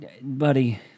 buddy